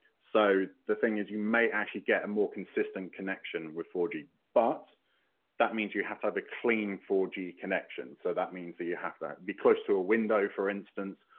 so the thing is you may actually get a more consistent connection with four g, but that means you have to have a clean four g connection, so that means that you have to be close to a window, for instance,